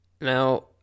Now